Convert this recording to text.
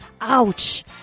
Ouch